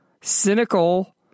cynical